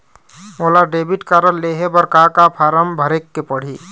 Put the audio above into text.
मोला debit card लेहे बर का का फार्म भरेक पड़ही?